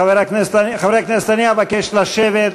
חברי הכנסת, אבקש לשבת.